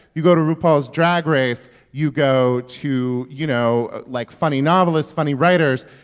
you go to rupaul's drag race. you go to, you know, like funny novelists, funny writers.